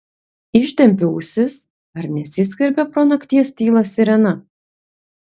ištempiu ausis ar nesiskverbia pro nakties tylą sirena